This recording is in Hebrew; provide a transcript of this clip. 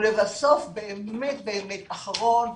ודבר אחרון,